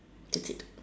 that's it